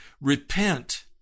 repent